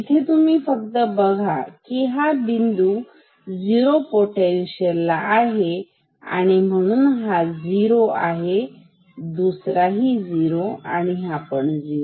इथे तुम्ही फक्त बघा की हा बिंदू झिरो पोटेन्शियल ला आहे म्हणून हा झिरो हा झिरो आणि हा पण झिरो